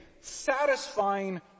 satisfying